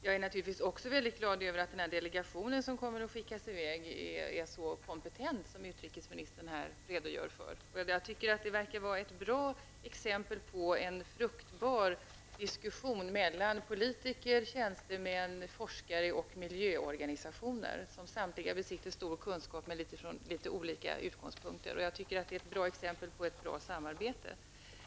Jag är naturligtvis också mycket glad över att den delegation som kommer att skickas i väg är så kompetent, som framgick av utrikesministerns redogörelse. Det verkar vara ett bra exempel på en fruktbar diskussion mellan politiker, tjänstemän, forskare och miljöorganisationer. Samtliga besitter stor kunskap men utifrån litet olika utgångspunkter. Det är enligt min mening ett bra exempel på ett gott samarbete.